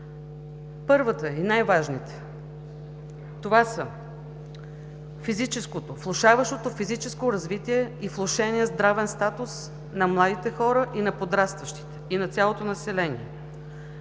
Първите и най-важните, това са: физическото, влошаващото се физическо развитие и влошеният здравен статус на младите хора, на подрастващите и на цялото население.